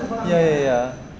ya ya ya